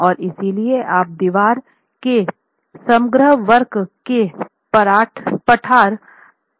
और इसलिए आप दीवार के समग्र वक्र के पठार तक ही पहुंचते हैं